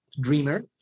dreamer